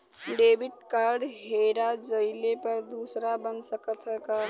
Debit card हेरा जइले पर दूसर बन सकत ह का?